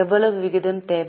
எவ்வளவு விகிதம் தேவை